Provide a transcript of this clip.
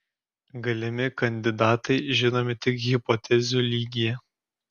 galimi kandidatai žinomi tik hipotezių lygyje